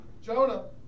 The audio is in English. Jonah